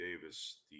Davis